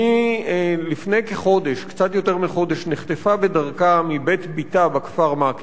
לפני קצת יותר מחודש היא נחטפה בדרכה מבית בתה בכפר מכר,